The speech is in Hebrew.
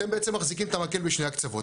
אתם בעצם מחזיקים את המקל בשני הקצוות.